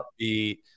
upbeat